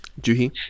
Juhi